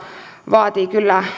vaatii kyllä